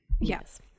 Yes